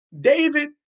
David